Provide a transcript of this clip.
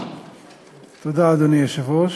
אדוני היושב-ראש,